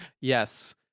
yes